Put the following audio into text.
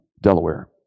Delaware